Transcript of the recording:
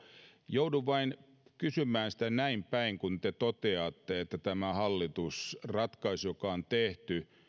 joudun vain kysymään sitä näin päin kun te toteatte että tämä hallitusratkaisu joka on tehty